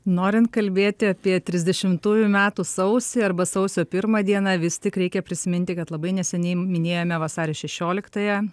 norint kalbėti apie trisdešimtųjų metų sausį arba sausio pirmą dieną vis tik reikia prisiminti kad labai neseniai minėjome vasario šešioliktąją